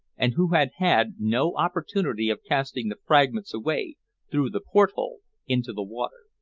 and who had had no opportunity of casting the fragments away through the port-hole into the water.